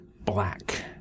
black